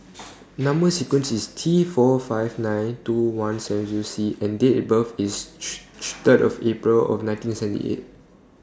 Number sequence IS T four five nine two one seven Zero C and Date of birth IS Date of April nineteen seventy eight